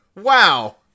Wow